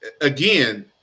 again